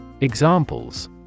Examples